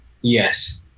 Yes